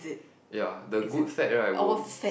ya the good fat right will